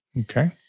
okay